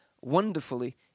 wonderfully